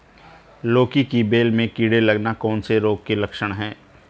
लौकी की बेल में कीड़े लगना कौन से रोग के लक्षण हैं?